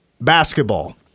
Basketball